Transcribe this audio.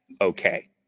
okay